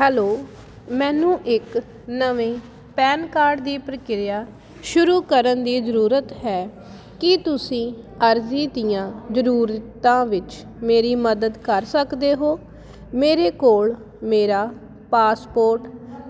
hello ਮੈਨੂੰ ਇੱਕ ਨਵੀਂ ਪੈਨ ਕਾਰਡ ਦੀ ਪ੍ਰਕਿਰਿਆ ਸ਼ੁਰੂ ਕਰਨ ਦੀ ਜ਼ਰੂਰਤ ਹੈ ਕੀ ਤੁਸੀਂ ਅਰਜ਼ੀ ਦੀਆਂ ਜ਼ਰੂਰਤਾਂ ਵਿੱਚ ਮੇਰੀ ਮਦਦ ਕਰ ਸਕਦੇ ਹੋ ਮੇਰੇ ਕੋਲ ਮੇਰਾ ਪਾਸਪੋਰਟ